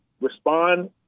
respond